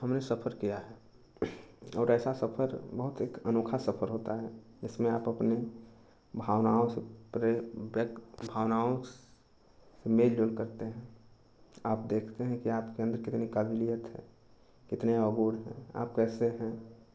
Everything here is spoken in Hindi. हमने सफ़र किया है और ऐसा सफ़र बहुत एक अनोखा सफ़र होता है जिसमें आप अपनी भावनाओं से प्रे व्यक्त भावनाओं मेलजोल करते हैं आप देखते हैं कि आप अन्दर कितनी काबिलियत है कितने अबोध हैं आप कैसे हैं